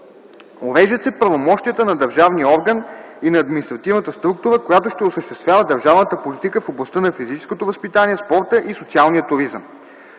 Уреждат се правомощията на държавния орган и на административната структура, която ще осъществява държавната политика в областта на физическото възпитание, спорта и социалния туризъм.